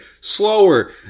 slower